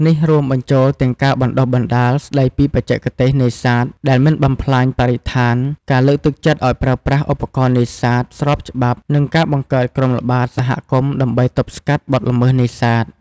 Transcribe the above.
នេះរួមបញ្ចូលទាំងការបណ្តុះបណ្តាលស្តីពីបច្ចេកទេសនេសាទដែលមិនបំផ្លាញបរិស្ថាន ការលើកទឹកចិត្តឱ្យប្រើប្រាស់ឧបករណ៍នេសាទស្របច្បាប់ និងការបង្កើតក្រុមល្បាតសហគមន៍ដើម្បីទប់ស្កាត់បទល្មើសនេសាទ។